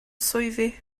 swyddi